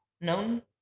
known